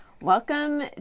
Welcome